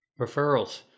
referrals